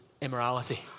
immorality